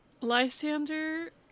Lysander